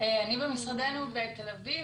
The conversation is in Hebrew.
במשרדינו בתל אביב.